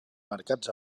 marcats